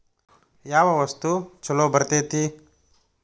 ಯಾವ ವಸ್ತು ಛಲೋ ಬರ್ತೇತಿ?